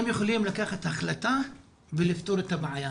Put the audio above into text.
הם יכולים לקחת החלטה ולפתור את הבעיה.